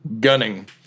Gunning